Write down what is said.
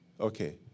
Okay